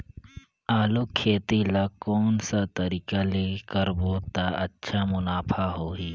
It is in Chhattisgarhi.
आलू खेती ला कोन सा तरीका ले करबो त अच्छा मुनाफा होही?